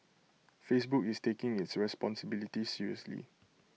Facebook is taking its responsibility seriously